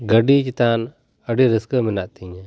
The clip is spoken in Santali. ᱜᱟᱹᱰᱤ ᱪᱮᱛᱟᱱ ᱟᱹᱰᱤ ᱨᱟᱹᱥᱠᱟᱹ ᱢᱮᱱᱟᱜ ᱛᱤᱧᱟᱹ